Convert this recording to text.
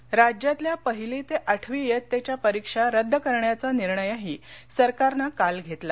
परिक्षा राज्यातल्या पहिली ते आठवी वित्तेच्या परीक्षा रद्द करण्याचा निर्णयही सरकारनं काल घेतला